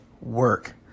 work